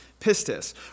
pistis